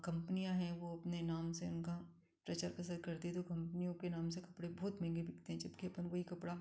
कम्पनियाँ हैं वो अपने नाम से उनका प्रचार प्रसार करती है तो कम्पनियों के नाम से कपड़े बहुत महँगे बिकते हैं जबकि अपन वही कपड़ा